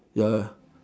ya ya